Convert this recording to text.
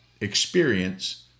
experience